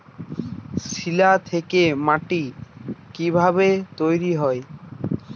শিলা থেকে মাটি কিভাবে তৈরী হয়?